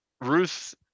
Ruth